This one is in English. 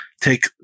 take